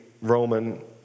Roman